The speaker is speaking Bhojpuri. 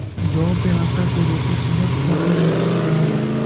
जव के आटा के रोटी सेहत खातिर निमन रहेला